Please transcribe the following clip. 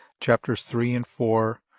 chapters three and four.